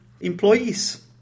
employees